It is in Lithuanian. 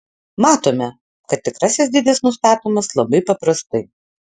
matome kad tikrasis dydis nustatomas labai paprastai